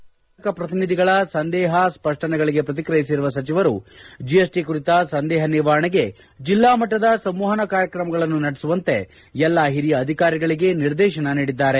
GST ಕುರಿತಂತೆ ಅನೇಕ ವರ್ತಕ ಪ್ರತಿನಿಧಿಗಳ ಸಂದೇಹ ಸ್ಪಷ್ಟನೆಗಳಿಗೆ ಪ್ರತಿಕ್ರಿಯಿಸಿರುವ ಸಚಿವರು ಜಿಎಸ್ಟಿ ಕುರಿತ ಸಂದೇಹ ನಿವಾರಣೆಗೆ ಜಿಲ್ಲಾಮಟ್ಟದ ಸಂವಹನ ಕಾರ್ಯಕ್ರಮಗಳನ್ನು ನಡೆಸುವಂತೆ ಎಲ್ಲಾ ಹಿರಿಯ ಅಧಿಕಾರಿಗಳಿಗೆ ನಿರ್ದೇಶನ ನೀಡಿದ್ದಾರೆ